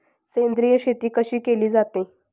सेंद्रिय शेती कशी केली जाते?